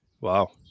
Wow